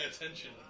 attention